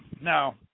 now